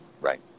Right